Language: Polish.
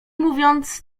mówiąc